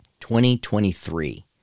2023